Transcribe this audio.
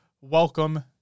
Welcome